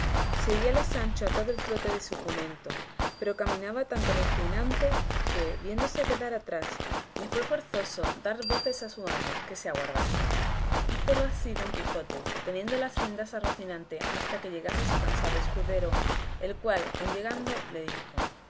estaba seguíale sancho a todo el trote de su jumento pero caminaba tanto rocinante que viéndose quedar atrás le fue forzoso dar voces a su amo que se aguardase hízolo así don quijote teniendo las riendas a rocinante hasta que llegase su cansado escudero el cual en llegando le dijo